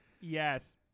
Yes